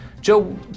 Joe